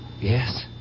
Yes